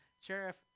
Sheriff